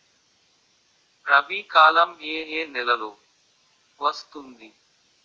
రబీ కాలం ఏ ఏ నెలలో వస్తుంది?